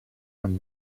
from